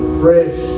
fresh